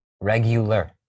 regular